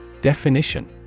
Definition